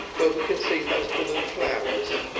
where we can see those blue flowers.